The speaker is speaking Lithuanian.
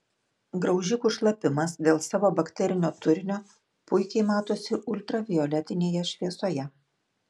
graužikų šlapimas dėl savo bakterinio turinio puikiai matosi ultravioletinėje šviesoje